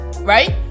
right